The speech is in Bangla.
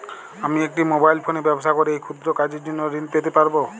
আমি একটি মোবাইল ফোনে ব্যবসা করি এই ক্ষুদ্র কাজের জন্য ঋণ পেতে পারব?